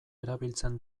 erabiltzen